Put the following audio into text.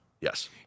Yes